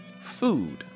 food